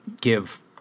give